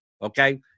Okay